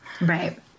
right